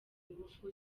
ngufu